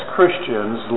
Christians